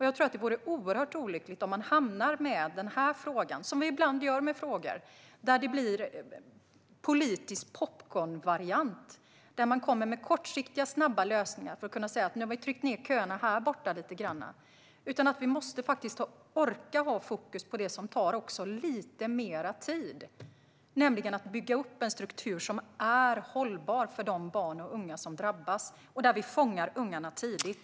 Jag tror att det vore oerhört olyckligt om den här frågan blir en politisk popcornvariant, som frågor ibland blir, där man kommer med kortsiktiga snabba lösningar för att kunna säga att "nu har vi tryckt ned köerna här borta lite grann". Vi måste faktiskt orka ha fokus också på det som tar lite mer tid, nämligen att bygga upp en struktur som är hållbar för de barn och unga som drabbas och där vi fångar upp ungarna tidigt.